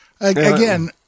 Again